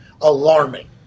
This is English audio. alarming